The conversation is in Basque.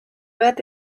bat